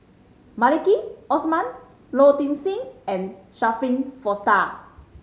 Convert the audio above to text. Maliki Osman Low Ing Sing and Shirin Fozdar